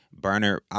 Burner